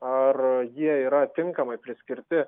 ar jie yra tinkamai priskirti